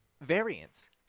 variance